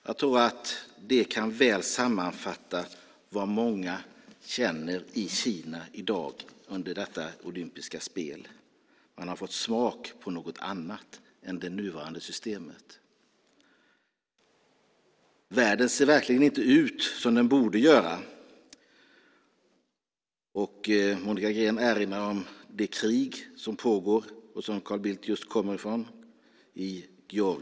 Jag tror att det väl kan sammanfatta vad många känner i Kina i dag under dessa olympiska spel. Man har fått smak på något annat än det nuvarande systemet. Världen ser verkligen inte ut som den borde göra. Monica Green erinrar om det krig som pågår i Georgien och som Carl Bildt just kommer från.